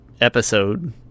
episode